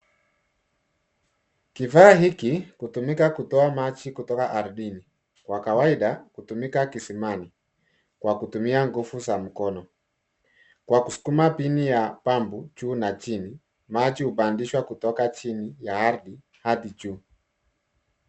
Kifaa hiki hutumika kutoa maji kutoka ardhini. Kwa kawaida, hutumika kisimani kwa kutumia nguvu za mikono. Kwa kusukuma pin ya pump juu na chini, maji hupandishwa kutoka chini ya ardhi hadi juu.